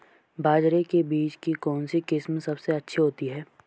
बाजरे के बीज की कौनसी किस्म सबसे अच्छी होती है?